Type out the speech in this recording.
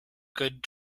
good